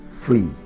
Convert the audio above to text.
free